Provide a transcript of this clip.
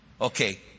Okay